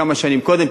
כמה שנים קודם,